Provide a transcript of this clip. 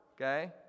okay